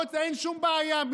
אין שום בעיה,